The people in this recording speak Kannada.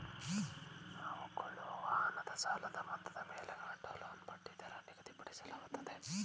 ನಾವು ಕೊಳ್ಳುವ ವಾಹನದ ಸಾಲದ ಮೊತ್ತದ ಮೇಲೆ ಆಟೋ ಲೋನ್ ಬಡ್ಡಿದರ ನಿಗದಿಪಡಿಸಲಾಗುತ್ತದೆ